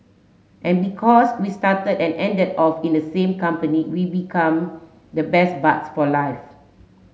and because we started and ended off in the same company we we come the best buds for life